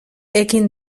ekin